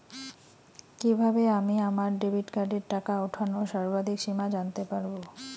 কিভাবে আমি আমার ডেবিট কার্ডের টাকা ওঠানোর সর্বাধিক সীমা জানতে পারব?